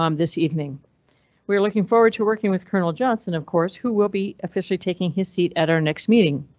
um this evening we are looking forward to working with colonel johnson, of course, who will be officially taking his seat at our next meeting.